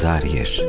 áreas